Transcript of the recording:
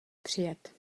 přijet